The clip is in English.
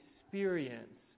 experience